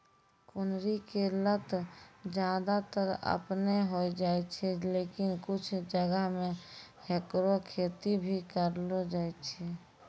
कुनरी के लत ज्यादातर आपनै होय जाय छै, लेकिन कुछ जगह मॅ हैकरो खेती भी करलो जाय छै